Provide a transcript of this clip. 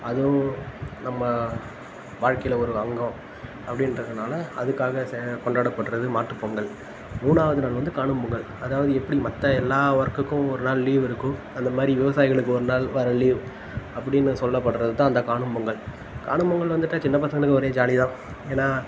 அதுவும் நம்ம வாழ்க்கையில் ஒரு அங்கம் அப்படின்றதுனால அதுக்காக ச கொண்டாடப்படுறது மாட்டுப்பொங்கல் மூணாவதுநாள் வந்து காணும் பொங்கல் அதாவது எப்படி மற்ற எல்லா ஒர்க்குக்கும் ஒரு நாள் லீவ் இருக்கோ அந்தமாதிரி விவசாயிகளுக்கு ஒருநாள் வர லீவ் அப்படின்னு சொல்லப்படுறதுதான் அந்த காணும் பொங்கல் காணும் பொங்கல் வந்துட்டால் சின்ன பசங்களுக்கு ஒரே ஜாலி தான் ஏன்னால்